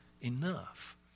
enough